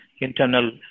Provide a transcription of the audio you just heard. internal